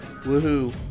woohoo